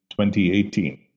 2018